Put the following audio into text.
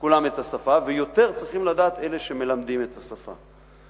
את השפה, ויותר צריכים לדעת אלה שמלמדים את השפה.